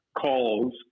calls